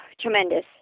Tremendous